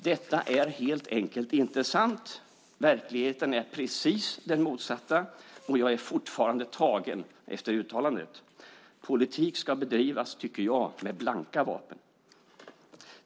Detta är helt enkelt inte sant, verkligheten är precis den motsatta, och jag är fortfarande tagen efter uttalandet. Politik ska bedrivas, tycker jag, med blanka vapen.